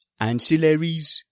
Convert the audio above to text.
Ancillaries